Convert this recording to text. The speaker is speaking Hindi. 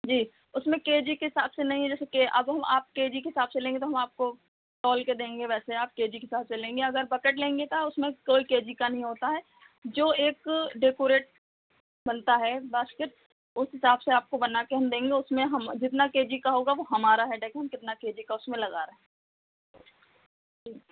जी उसमें के जी के हिसाब से नहीं है जैसे अब हम आप के जी के हिसाब से लेंगे तो हम आपको तौल के देंगे वैसे आप के जी के हिसाब से लेंगे अगर बकेट लेंगे ता उसमें कोई के जी का नहीं होता है जो एक डेकोरेट बनता है बास्केट उस हिसाब से आपको बनाकर हम देंगे उसमें हम जितना के जी का होगा वह हमारा हैडेक है हम कितना के जी का उसमें लगा रहें जी